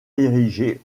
érigé